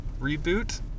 reboot